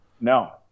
No